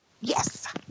Yes